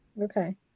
Okay